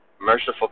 Merciful